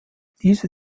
diese